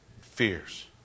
fears